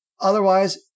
otherwise